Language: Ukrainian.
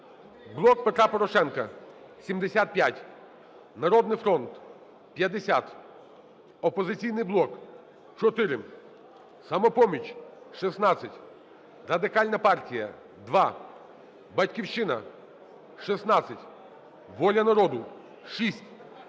"Блок Петра Порошенка" – 75, "Народний фронт" – 50, "Опозиційний блок" – 4, "Самопоміч" – 16, Радикальна партія – 2, "Батьківщина" – 16, "Воля народу" – 6,